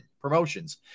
promotions